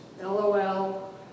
LOL